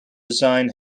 design